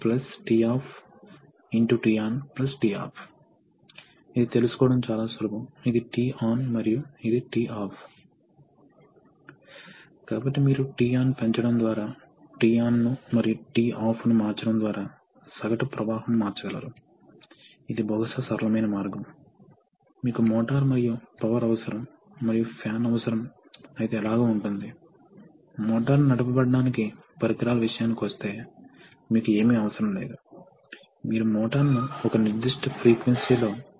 కనుక ఇది వాతావరణం నుండి గాలిని తీసుకుంటుంది దానిని ఫిల్టర్ చేసి ఆపై అధిక ప్రెషర్ కి కంప్రెస్ చేస్తుంది మరియు ఈ యంత్రాంగం సాధారణంగా రెండు రకాలుగా ఉంటుంది ఒకటి పాజిటివ్ డిస్ప్లేసెమెంట్ ఇక్కడ ప్రతిసారీ ఒక నిర్దిష్ట వాల్యూమ్ గాలి నుండి అధిక ప్రెషర్ కి మార్చబడుతుంది కాబట్టి కంప్రెసర్ యొక్క ప్రతి సైకిల్ లో కదలిక చాలా సైట్ గా ఉంటుంది అది రోటేషనల్ లేదా ట్రాన్సలేషనల్ అయినా కొంత మొత్తంలో గ్యాస్ ను తక్కువ ప్రెషర్ నుండి అధిక ప్రెషర్ గా మారుస్తుంది